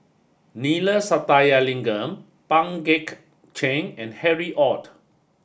Neila Sathyalingam Pang Guek Cheng and Harry Ord